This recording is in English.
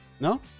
No